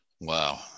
Wow